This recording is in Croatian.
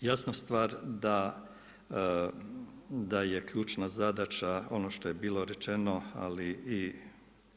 Jasna stvar da je ključna zadaća ono što je bilo rečeno ali i